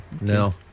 No